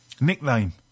Nickname